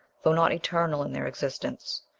though not eternal in their existence.